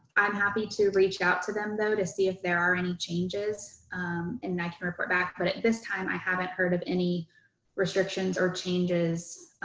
i'm happy to reach out to them, though, to see if there are any changes and i can report back. but at this time i haven't heard of any restrictions or changes